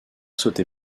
sauter